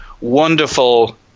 wonderful